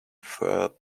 fur